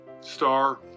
star